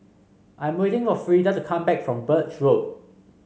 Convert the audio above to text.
I'm waiting for Frieda to come back from Birch Road